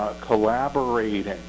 Collaborating